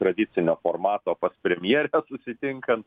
tradicinio formato pas premjerę susitinkant